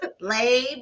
Lay